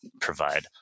provide